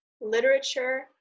literature